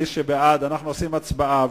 אנחנו עושים הצבעה.